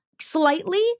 Slightly